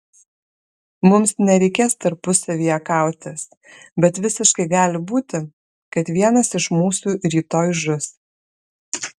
mums nereikės tarpusavyje kautis bet visiškai gali būti kad vienas iš mūsų rytoj žus